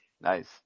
Nice